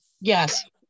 Yes